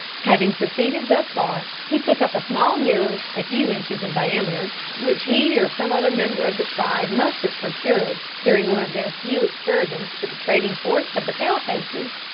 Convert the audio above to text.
having proceeded thus far he took up a small mirror, a few inches in diameter, which he or some other member of the tribe must have procured during one of their few excursions to the trading forts of the pale-faces,